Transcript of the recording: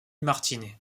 martinet